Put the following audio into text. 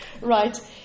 Right